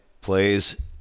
plays